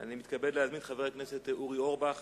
אני מתכבד להזמין את חבר הכנסת אורי אורבך,